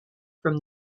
from